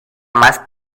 más